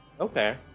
Okay